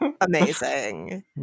amazing